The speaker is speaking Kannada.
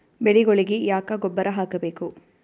ಬೆಳಿಗೊಳಿಗಿ ಯಾಕ ಗೊಬ್ಬರ ಹಾಕಬೇಕು?